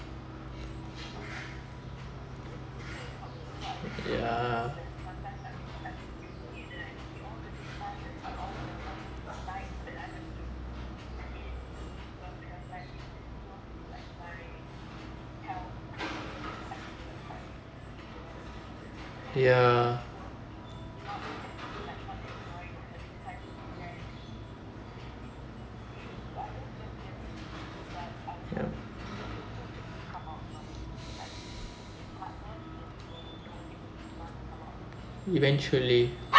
ya ya ya eventually